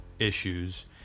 Issues